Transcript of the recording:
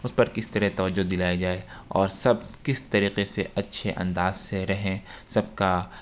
اس پر کس طرح توجہ دلایا جائے اور سب کس طریقے سے اچھے انداز سے رہیں سب کا